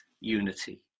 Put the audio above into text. unity